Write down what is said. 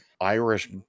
Irish